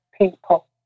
people